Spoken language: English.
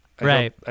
Right